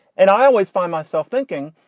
and i always find myself thinking,